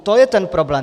To je ten problém.